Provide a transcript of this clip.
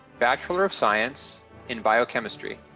bachelor of science in biochemistry.